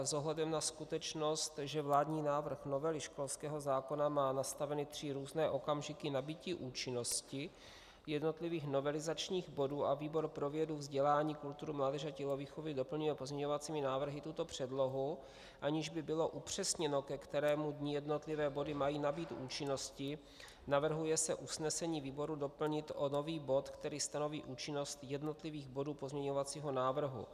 S ohledem na skutečnost, že vládní návrh novely školského zákona má nastaveny tři různé okamžiky nabytí účinnosti jednotlivých novelizačních bodů a výbor pro vědu, vzdělání, kulturu, mládež a tělovýchovu doplňuje pozměňovacími návrhy tuto předlohu, aniž by bylo upřesněno, ke kterému dni jednotlivé body mají nabýt účinnosti, navrhuje se usnesení výboru doplnit o nový bod, který stanoví účinnost jednotlivých bodů pozměňovacího návrhu.